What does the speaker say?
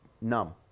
numb